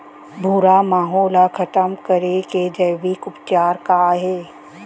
भूरा माहो ला खतम करे के जैविक उपचार का हे?